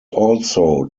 also